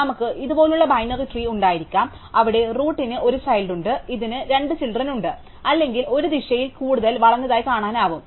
അതിനാൽ നമുക്ക് ഇതുപോലുള്ള ബൈനറി ട്രീ ഉണ്ടായിരിക്കാം അവിടെ റൂട്ടിന് 1 ചൈൽഡ് ഉണ്ട് ഇതിന് 2 ചിൽഡ്രൻ ഉണ്ട് അല്ലെങ്കിൽ ഒരു ദിശയിൽ കൂടുതൽ വളഞ്ഞതായി കാണാനാകും